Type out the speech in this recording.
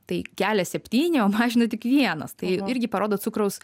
tai kelia septyni o mažina tik vienas tai irgi parodo cukraus